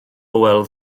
hywel